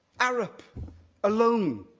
arup alone,